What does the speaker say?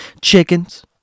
Chickens